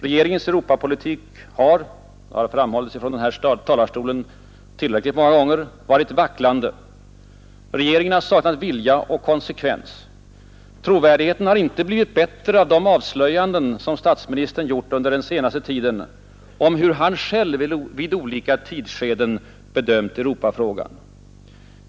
Regeringens Europapolitik har — det har framhållits från den här talarstolen tillräckligt många gånger — varit vacklande. Regeringen har saknat vilja och konsekvens. Trovärdigheten har inte blivit bättre av de avslöjanden som statsministern gjort under den senaste tiden om hur han själv vid olika tidsskeden bedömt Europafrågan.